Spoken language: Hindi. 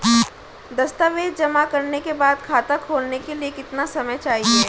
दस्तावेज़ जमा करने के बाद खाता खोलने के लिए कितना समय चाहिए?